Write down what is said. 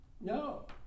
No